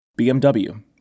BMW